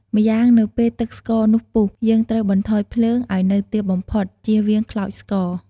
ម្យ៉ាងនៅពេលទឹកស្ករនោះពុះយើង ត្រូវបន្ថយភ្លើងឲ្យនៅទាបបំផុតជៀសវាងខ្លោចស្ករ។